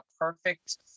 perfect